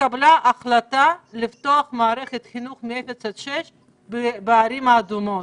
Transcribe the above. התקבלה החלטה לפתוח את מערכת החינוך בגילים 0-6 בערים האדומות